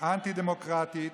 אנטי-דמוקרטית